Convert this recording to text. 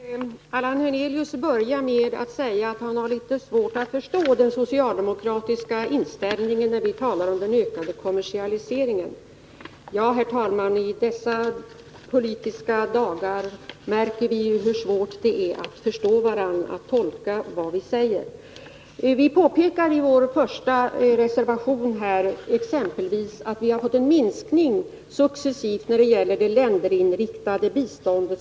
Herr talman! Allan Hernelius började med att säga att han har litet svårt att förstå den socialdemokratiska inställningen när vi talar om den ökade kommersialiseringen. Ja, herr talman, i dessa ”politiska” dagar märker vi hur svårt det är att förstå varandra och att tolka vad som sägs. Vi påpekar i vår första reservation att vi successivt har fått en minskning när det gäller det länderinriktade biståndet.